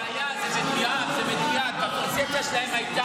למה הוספת לו זמן?